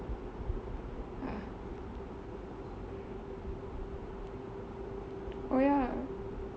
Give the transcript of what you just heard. oh ya